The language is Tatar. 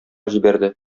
җибәрде